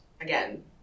again